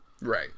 Right